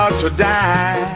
ah to die